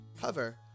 Hover